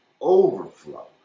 overflow